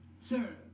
Sir